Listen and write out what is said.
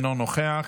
אינו נוכח,